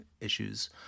issues